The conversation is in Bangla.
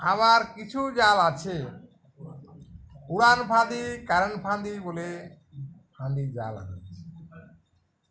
আবার কিছু জাল আছে উড়ান ফাঁদি কারেন ফাঁদি বলে ফাঁদি জাল আছে